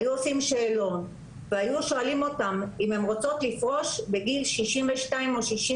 היו עושים שאלון והיו שואלים אותן אם הן רוצות לפרוש בגיל 62 או 64,